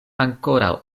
ankoraŭ